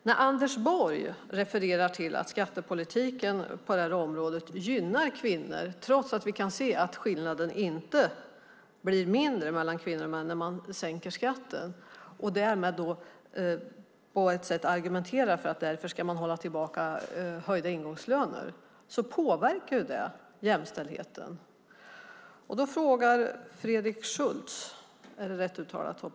När Anders Borg refererar till att skattepolitiken på det här området gynnar kvinnor och därmed på ett sätt argumenterar att man därför ska hålla tillbaka höjda ingångslöner, trots att vi kan se att skillnaden mellan kvinnor och män inte blir mindre när man sänker skatten, påverkas jämställdheten.